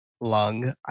Lung